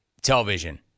Television